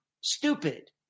stupid